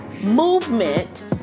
movement